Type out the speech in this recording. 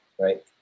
right